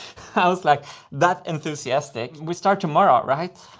i was like that enthusiastic we start tomorrow, right?